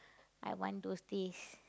I want those days